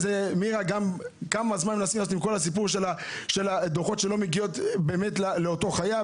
על דוחות שלא מגיעים לחייב,